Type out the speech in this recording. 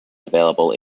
available